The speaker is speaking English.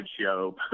Show